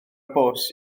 bws